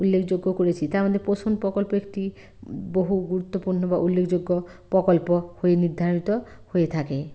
উল্লেখযোগ্য করেছি তার মধ্যে পোষণ প্রকল্প একটি বহু গুরুত্বপূর্ণ বা উল্লেখযোগ্য প্রকল্প হয়ে নির্ধারিত হয়ে থাকে